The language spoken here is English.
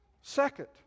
Second